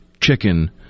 chicken